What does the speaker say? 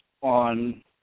on